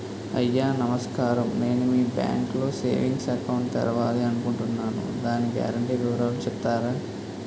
అయ్యా నమస్కారం నేను మీ బ్యాంక్ లో సేవింగ్స్ అకౌంట్ తెరవాలి అనుకుంటున్నాను దాని గ్యారంటీ వివరాలు చెప్తారా?